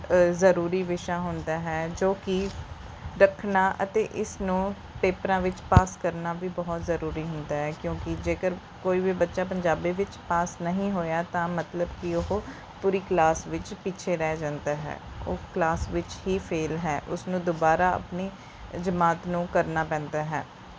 ਜ਼ਰੂਰੀ ਵਿਸ਼ਾ ਹੁੰਦਾ ਹੈ ਜੋ ਕਿ ਰੱਖਣਾ ਅਤੇ ਇਸ ਨੂੰ ਪੇਪਰਾਂ ਵਿੱਚ ਪਾਸ ਕਰਨਾ ਵੀ ਬਹੁਤ ਜ਼ਰੂਰੀ ਹੁੰਦਾ ਹੈ ਕਿਉਂਕਿ ਜੇਕਰ ਕੋਈ ਵੀ ਬੱਚਾ ਪੰਜਾਬੀ ਵਿੱਚ ਪਾਸ ਨਹੀਂ ਹੋਇਆ ਤਾਂ ਮਤਲਬ ਕਿ ਉਹ ਪੂਰੀ ਕਲਾਸ ਵਿੱਚ ਪਿੱਛੇ ਰਹਿ ਜਾਂਦਾ ਹੈ ਉਹ ਕਲਾਸ ਵਿੱਚ ਹੀ ਫੇਲ੍ਹ ਹੈ ਉਸ ਨੂੰ ਦੁਬਾਰਾ ਆਪਣੀ ਜਮਾਤ ਨੂੰ ਕਰਨਾ ਪੈਂਦਾ ਹੈ